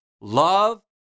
love